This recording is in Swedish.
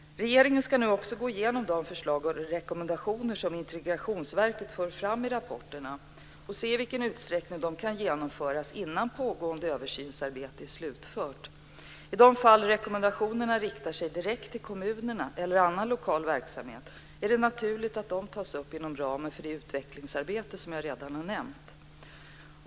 Regeringen ska nu också gå igenom de förslag och rekommendationer som Integrationsverket för fram i rapporterna och se i vilken utsträckning de kan genomföras innan pågående översynsarbete är slutfört. I de fall rekommendationerna riktar sig direkt till kommunerna eller annan lokal verksamhet är det naturligt att de tas upp inom ramen för det utvecklingsarbete som jag redan har nämnt.